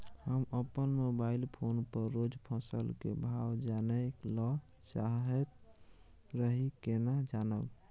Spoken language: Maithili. हम अपन मोबाइल फोन पर रोज फसल के भाव जानय ल चाहैत रही केना जानब?